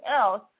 else